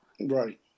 Right